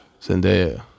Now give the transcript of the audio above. Zendaya